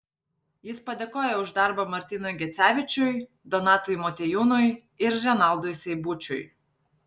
jis padėkojo už darbą martynui gecevičiui donatui motiejūnui ir renaldui seibučiui